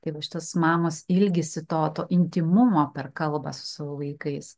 tai vat šios mamos ilgisi to intymumo per kalbą su savo vaikais